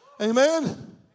Amen